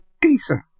decent